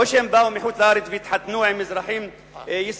או שהם באו מחוץ-לארץ והתחתנו עם אזרחים ישראלים,